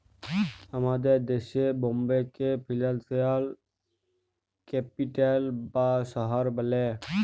আমাদের দ্যাশে বম্বেকে ফিলালসিয়াল ক্যাপিটাল বা শহর ব্যলে